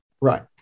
Right